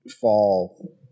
fall